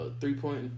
three-point